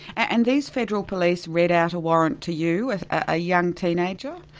and these federal police read out a warrant to you, a young teenager?